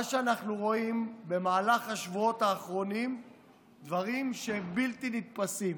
מה שאנחנו רואים במהלך השבועות האחרונים זה דברים שהם בלתי נתפסים.